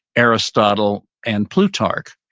aristotle and plutarch,